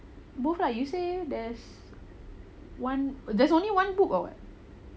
both lah you say there's one only one book or what